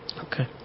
Okay